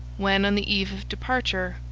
when, on the eve of departure,